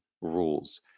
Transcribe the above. rules